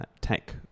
tech